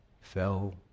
fell